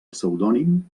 pseudònim